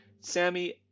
Sammy